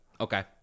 Okay